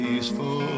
Peaceful